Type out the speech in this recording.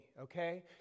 okay